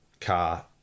car